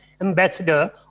ambassador